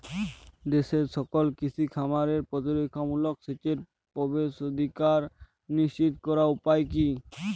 দেশের সকল কৃষি খামারে প্রতিরক্ষামূলক সেচের প্রবেশাধিকার নিশ্চিত করার উপায় কি?